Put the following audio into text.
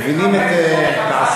מבינים את כעסך,